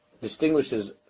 distinguishes